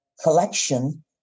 collection